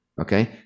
okay